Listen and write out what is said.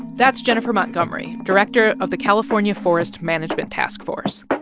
that's jennifer montgomery, director of the california forest management task force but